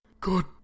Good